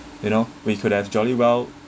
you know we could have jolly well